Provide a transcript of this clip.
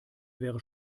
wäre